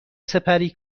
سپری